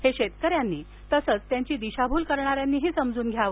हे शेतकर्यां नी तसेच त्यांची दिशाभूल करणार्यांीनी समजून घ्यावे